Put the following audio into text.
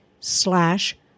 slash